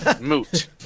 Moot